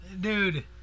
Dude